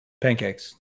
Pancakes